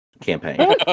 campaign